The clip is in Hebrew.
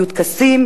יהיו טקסים,